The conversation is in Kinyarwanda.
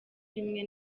rimwe